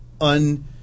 un-